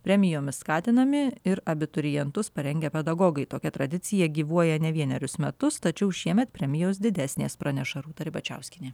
premijomis skatinami ir abiturientus parengę pedagogai tokia tradicija gyvuoja ne vienerius metus tačiau šiemet premijos didesnės praneša rūta ribačiauskienė